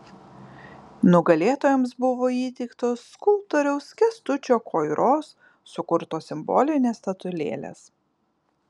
nugalėtojams buvo įteiktos skulptoriaus kęstučio koiros sukurtos simbolinės statulėlės